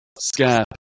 scap